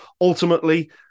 ultimately